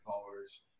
followers